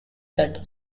that